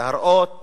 ולהראות